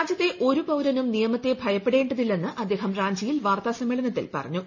രാജ്യത്തെ ഒരു പൌരനും നിയമത്തെ ഭയപ്പെടേണ്ടതില്ലില്ലെന്ന് അദ്ദേഹം റാഞ്ചിയിൽ വാർത്താ സമ്മേളനത്തിൽ പറഞ്ഞു